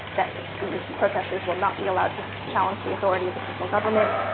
that these protesters will not be allowed to challenge the authority of the central government,